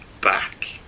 back